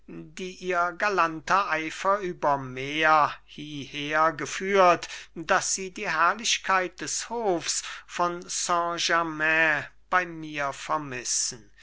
die ihr galanter eifer über meer hiehergeführt daß sie die herrlichkeit des hofs von saint germain bei mir vermissen